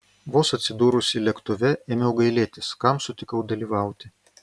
vos atsidūrusi lėktuve ėmiau gailėtis kam sutikau dalyvauti